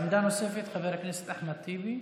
עמדה נוספת, חבר הכנסת אחמד טיבי.